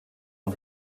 von